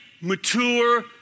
mature